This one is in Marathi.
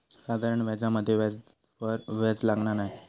साधारण व्याजामध्ये व्याजावर व्याज लागना नाय